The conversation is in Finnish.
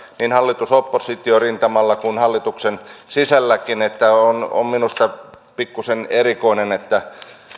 niin hallitus oppositio rintamalla kuin hallituksen sisälläkin on on minusta pikkusen erikoista että